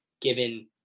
given